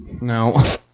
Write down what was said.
No